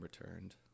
returned